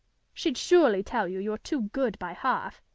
she'd surely tell you you're too good by half,